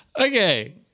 Okay